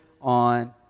on